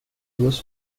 duas